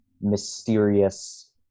mysterious